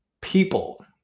people